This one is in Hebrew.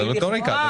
זאת רטוריקה.